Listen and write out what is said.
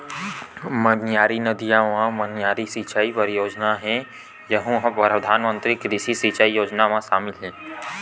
मनियारी नदिया म मनियारी सिचई परियोजना हे यहूँ ह परधानमंतरी कृषि सिंचई योजना म सामिल हे